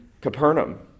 Capernaum